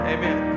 Amen